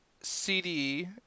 CD